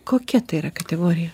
kokia tai yra kategorija